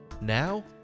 Now